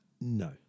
No